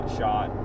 shot